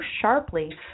sharply